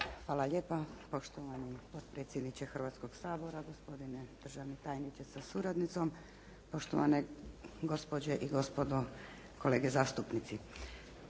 Hvala lijepa. Poštovani potpredsjedniče Hrvatskoga sabora, gospodine državni tajniče sa suradnicom, poštovane gospođe i gospodo kolege zastupnici.